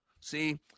See